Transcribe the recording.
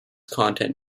content